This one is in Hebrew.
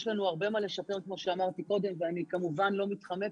יש לנו הרבה מה לשפר כמו שאמרתי קודם ואני כמובן לא מתחמקת,